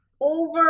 over